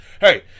Hey